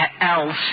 else